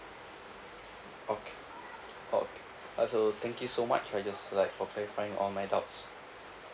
okay okay uh so thank you so much uh just like for clarifying all my doubts